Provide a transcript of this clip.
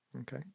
okay